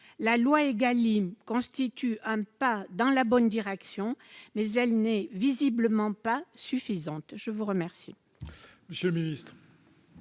La loi Égalim constitue un pas dans la bonne direction, mais elle n'est visiblement pas suffisante. La parole